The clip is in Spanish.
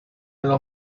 los